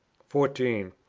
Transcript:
fourteen.